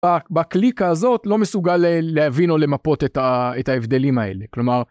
בקליקה הזאת לא מסוגל להבין או למפות את ההבדלים האלה כלומר.